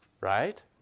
right